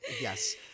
Yes